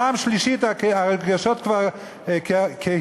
פעם שלישית הרגשות כבר קהים,